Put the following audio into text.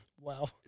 Wow